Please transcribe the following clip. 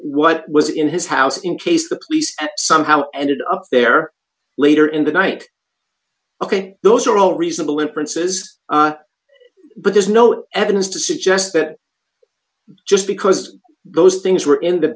what was in his house in case the police somehow ended up there later in the night ok those are all reasonable inferences but there's no evidence to suggest that just because those things were in the